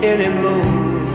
Anymore